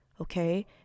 okay